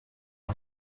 繁忙